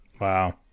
Wow